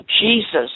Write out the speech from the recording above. Jesus